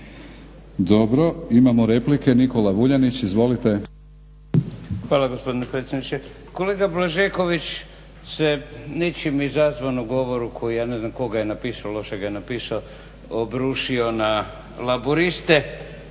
laburisti - Stranka rada)** Hvala gospodine potpredsjedniče. Kolega Blažeković se ničim izazvanom govoru koji ja ne znam tko ga je napisao, loše ga je napisao, obrušio na laburiste